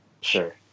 Sure